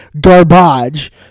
garbage